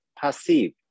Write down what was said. passive